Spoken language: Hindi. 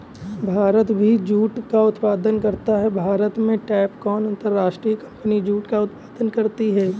भारत भी जूट का उत्पादन करता है भारत में टैपकॉन अंतरराष्ट्रीय कंपनी जूट का उत्पादन करती है